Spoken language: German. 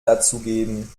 dazugeben